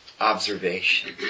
observation